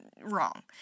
wrong